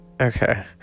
Okay